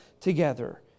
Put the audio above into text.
together